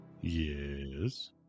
Yes